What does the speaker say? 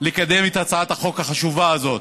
לקדם את הצעת החוק החשובה הזאת.